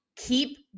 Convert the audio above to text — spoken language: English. keep